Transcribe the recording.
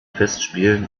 festspielen